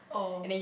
oh